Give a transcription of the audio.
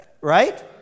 Right